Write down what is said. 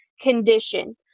condition